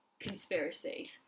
conspiracy